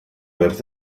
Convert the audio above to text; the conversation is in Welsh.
werth